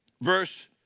Verse